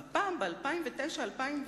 והפעם, ב-2009 2010,